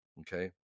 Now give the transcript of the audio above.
okay